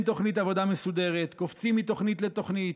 אין תוכנית עבודה מסודרת, קופצים מתוכנית לתוכנית,